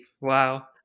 Wow